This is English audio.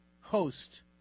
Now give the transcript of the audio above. host